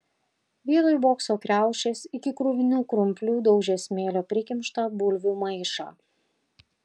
vietoj bokso kriaušės iki kruvinų krumplių daužė smėlio prikimštą bulvių maišą